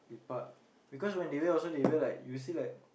lepak because when they wear also they wear like you see like